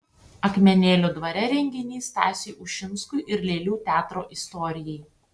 akmenėlių dvare renginys stasiui ušinskui ir lėlių teatro istorijai